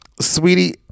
sweetie